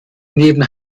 neben